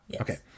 Okay